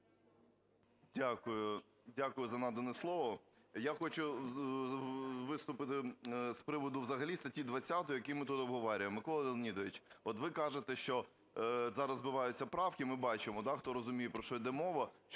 Дякую за надане слово. Я хочу виступити з приводу взагалі статті 20, яку ми тут обговорюємо. Микола Леонідович, от ви кажете, що зараз збиваються правки, ми бачимо, хто розуміє про що йде мова,